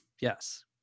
yes